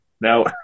now